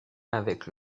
avec